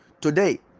Today